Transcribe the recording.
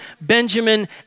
Benjamin